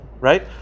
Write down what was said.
right